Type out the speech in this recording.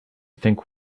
think